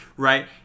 Right